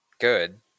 good